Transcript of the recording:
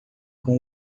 com